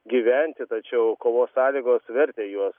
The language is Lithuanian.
gyventi tačiau kovos sąlygos vertė juos